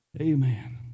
Amen